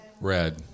red